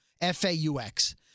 F-A-U-X